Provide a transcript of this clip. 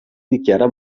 dichiara